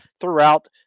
throughout